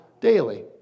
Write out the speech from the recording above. daily